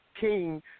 king